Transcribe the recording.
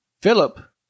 Philip